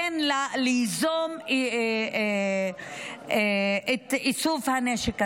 ליזום את איסוף הנשק הזה.